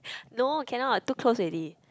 no cannot too close already